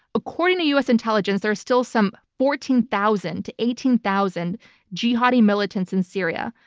according to us intelligence, there are still some fourteen thousand to eighteen thousand jihadi militants in syria.